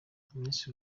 minisitiri